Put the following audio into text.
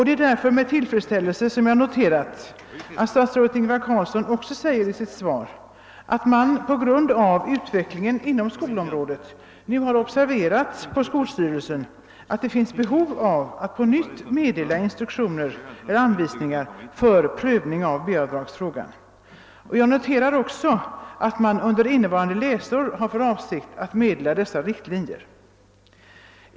Det är därför med tillfredsställelse jag noterar att statsrådet Carlsson i sitt svar säger att skolöverstyrelsen på grund av utvecklingen på skolområdet anser att det finns behov av att på nytt meddela anvisningar för prövning av B-avdragsfrågor. Jag noterar också att man under innevarande läsår har för avsikt att meddela dessa riktlinjer.